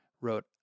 wrote